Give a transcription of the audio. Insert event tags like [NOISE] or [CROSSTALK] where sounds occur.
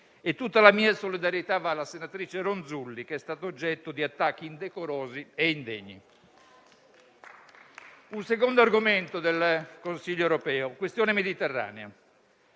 Tutta la mia solidarietà va alla senatrice Ronzulli, che è stata oggetto di attacchi indecorosi e indegni. [APPLAUSE] Un secondo argomento del Consiglio europeo è la questione mediterranea.